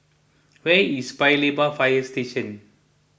where is Paya Lebar Fire Station